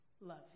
love